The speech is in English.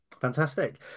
Fantastic